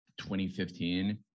2015